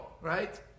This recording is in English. right